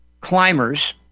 climbers